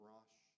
Rosh